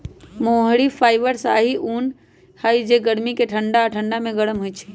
मोहिर fibre शाहि उन हइ के गर्मी में ठण्डा आऽ ठण्डा में गरम होइ छइ